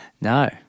No